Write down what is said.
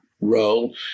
role